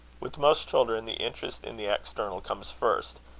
with most children, the interest in the external comes first,